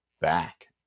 back